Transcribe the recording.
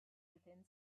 within